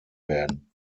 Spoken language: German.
werden